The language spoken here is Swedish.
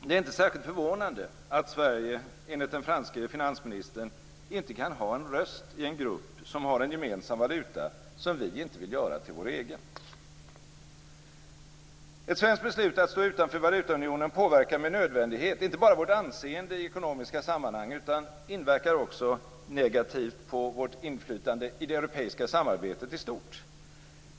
Det är inte särskilt förvånande att Sverige enligt den franske finansministern inte kan ha en röst i en grupp som har en gemensam valuta som vi inte vill göra till vår egen. Ett svenskt beslut att stå utanför valutaunionen påverkar med nödvändighet inte bara vårt anseende i ekonomiska sammanhang utan inverkar också negativt på vårt inflytande i det europeiska samarbetet i stort.